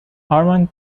armand